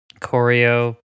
Choreo